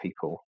people